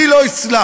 אני לא אסלח,